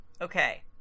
Okay